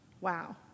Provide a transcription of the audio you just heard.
Wow